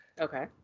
Okay